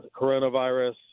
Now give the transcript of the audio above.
coronavirus